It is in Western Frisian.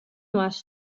moast